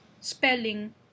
spelling